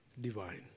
divine